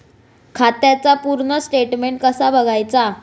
खात्याचा पूर्ण स्टेटमेट कसा बगायचा?